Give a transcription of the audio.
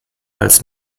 als